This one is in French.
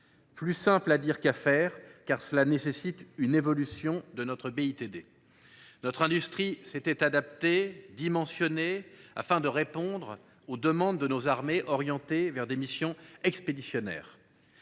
plus simple à dire qu’à faire ! Cela nécessite en effet de faire évoluer notre (BITD). Notre industrie s’était adaptée et dimensionnée, afin de répondre aux demandes de nos armées, orientées vers des missions expéditionnaires.